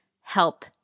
help